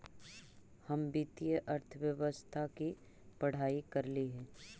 हम वित्तीय अर्थशास्त्र की पढ़ाई करली हे